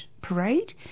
parade